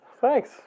Thanks